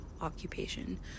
occupation